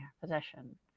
possession